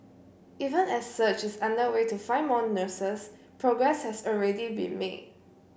even as search is underway to find more nurses progress has already been made